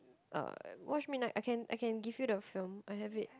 uh watch midnight I can I can give you the film I have it